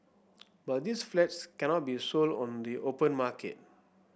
but these flats cannot be sold on the open market